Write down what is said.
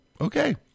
Okay